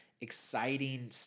exciting